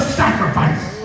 sacrifice